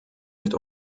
mit